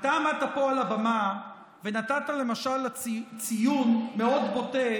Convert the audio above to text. אתה עמדת פה על הבמה ונתת ציון מאוד בוטה